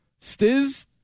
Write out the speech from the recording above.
Stiz